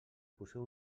poseu